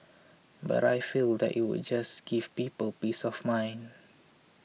but I feel that it would just give people peace of mind